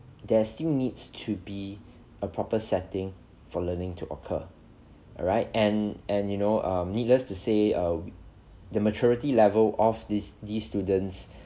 there still needs to be a proper setting for learning to occur alright and and you know err needless to say err the maturity level of this these students